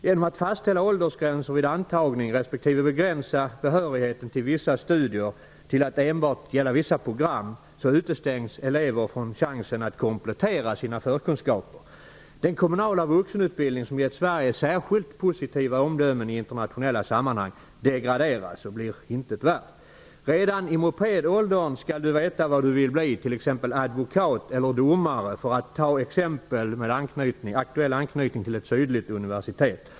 Genom att fastställa åldersgränser vid antagning respektive begränsa behörigheten till vissa studier till att enbart gälla vissa program, utestängs elever från chansen att komplettera sina förkunskaper. Den kommunala vuxenutbildning som har gett Sverige särskilt positiva omdömen i internationella sammanhang degraderas och blir intet värd. Redan i mopedåldern skall du veta vad du vill bli, t.ex. advokat eller domare, för att ge exempel med aktuell anknytning till ett sydligt universitet.